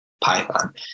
Python